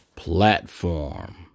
Platform